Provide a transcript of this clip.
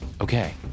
Okay